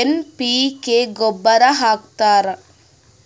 N P K ಗೊಬ್ಬರ್ ಹಾಕ್ತಾರ್